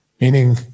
Meaning